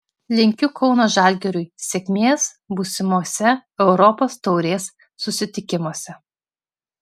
linkiu kauno žalgiriui sėkmės būsimose europos taurės susitikimuose